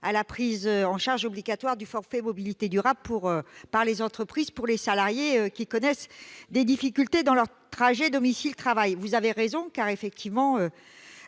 à la prise en charge obligatoire du forfait mobilités durables par les entreprises, pour les salariés qui connaissent des difficultés dans leur trajet domicile-travail. Vous avez raison : les Français